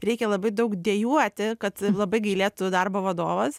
reikia labai daug dejuoti kad labai gailėtų darbo vadovas